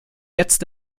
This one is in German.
jetzt